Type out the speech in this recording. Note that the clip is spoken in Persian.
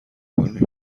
کنی